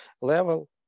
level